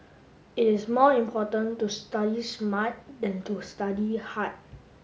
it is more important to study smart than to study hard